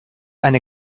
eine